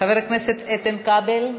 חבר הכנסת איתן כבל,